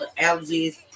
allergies